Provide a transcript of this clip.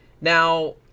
Now